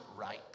right